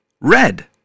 red